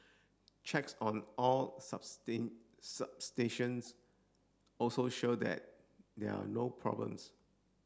checks on all substations also showed that there are no problems